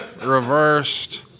Reversed